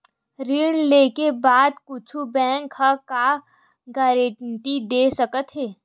ऋण लेके बाद कुछु बैंक ह का गारेंटी दे सकत हे?